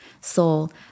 Soul